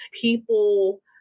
people